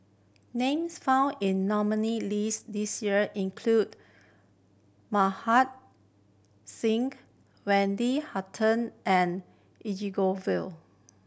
names found in nominee list this year include Mohan Singh Wendy Hutton and